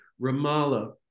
Ramallah